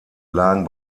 lagen